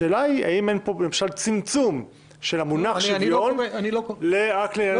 השאלה היא האם אין פה צמצום של המונח שוויון רק לאזרחים.